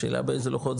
השאלה באיזה לוחות זמנים,